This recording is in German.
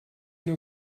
nur